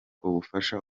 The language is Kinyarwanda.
ubufasha